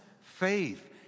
faith